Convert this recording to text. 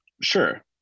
Sure